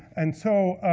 and so,